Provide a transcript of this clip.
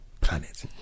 planet